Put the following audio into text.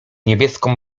niebieską